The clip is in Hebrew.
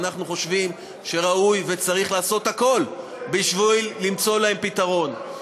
ואנחנו חושבים שראוי וצריך לעשות הכול בשביל למצוא להם פתרון.